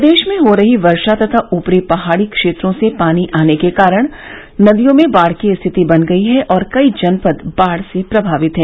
प्रदेश में हो रही वर्षा तथा ऊपरी पहाड़ी क्षेत्रों से पानी आने के कारण नदियों में बाढ़ की स्थिति बन गई है और कई जनपद बाढ़ से प्रभावित है